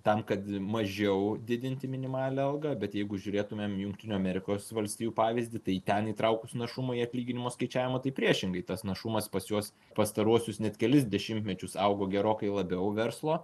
tam kad mažiau didinti minimalią algą bet jeigu žiūrėtumėm į jungtinių amerikos valstijų pavyzdį tai ten įtraukus našumą į atlyginimo skaičiavimą tai priešingai tas našumas pas juos pastaruosius net kelis dešimtmečius augo gerokai labiau verslo